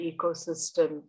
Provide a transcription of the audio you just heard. ecosystem